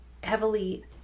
heavily